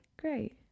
Great